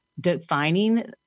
defining